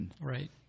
Right